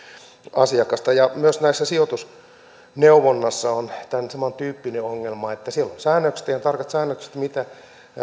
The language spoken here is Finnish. asiakasta myös tässä sijoitusneuvonnassa on samantyyppinen ongelma siellä on ihan tarkat säännökset mitä